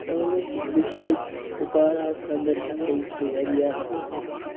سٲنِس ڈِسٹرک کوپواراہَس اَندر ہسا چھُ واریاہ